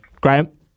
Graham